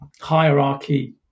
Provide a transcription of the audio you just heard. hierarchy